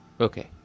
Okay